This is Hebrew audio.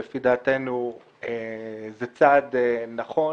שלפי דעתנו, זה צעד נכון